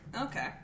Okay